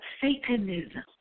Satanism